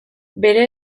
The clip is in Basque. bere